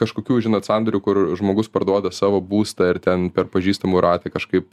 kažkokių žinot sandorių kur žmogus parduoda savo būstą ir ten per pažįstamų ratą kažkaip